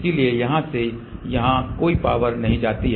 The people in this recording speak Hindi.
इसलिए यहाँ से यहाँ कोई पावर नहीं जाती है